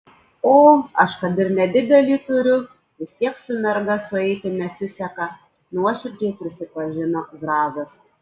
o aš kad ir nedidelį turiu vis tiek su merga sueiti nesiseka nuoširdžiai prisipažino zrazas